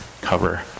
cover